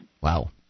Wow